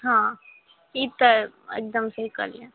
हँ ई तऽ एकदम सही कहलियै